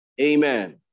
Amen